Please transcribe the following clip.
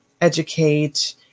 educate